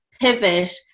pivot